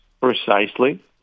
precisely